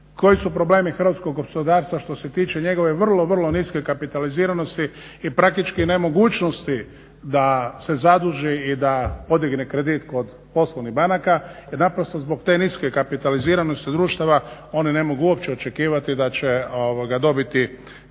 koji su problemi hrvatskog gospodarstva što se tiče njegove vrlo, vrlo niske kapitaliziranosti i praktički nemogućnosti da se zaduži i da podigne kredit kod poslovnih banaka jer naprosto zbog te niske kapitaliziranosti društava oni ne mogu uopće očekivati da će dobiti